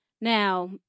Now